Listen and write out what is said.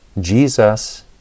Jesus